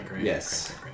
Yes